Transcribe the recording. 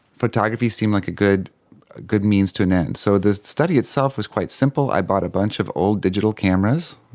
photography seemed like a good good means to an end. so the study itself was quite simple, i bought a bunch of old digital cameras,